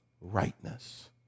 rightness